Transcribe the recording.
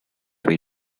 way